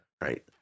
right